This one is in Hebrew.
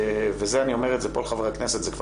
זה אני אומר את זה לכל חברי הכנסת --